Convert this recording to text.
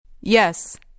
Yes